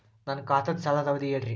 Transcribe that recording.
ನನ್ನ ಖಾತಾದ್ದ ಸಾಲದ್ ಅವಧಿ ಹೇಳ್ರಿ